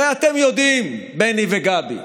הרי אתם יודעים, בני וגבי,